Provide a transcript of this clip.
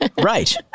right